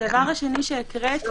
הדבר השני שקראת,